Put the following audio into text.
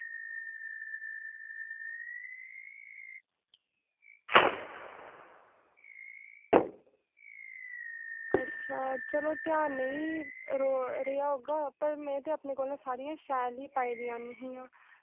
अच्छा चलो ध्यान नेई रेहा होगा पर में ते अपने कोला सारियां शैल ही पाई दियां हियां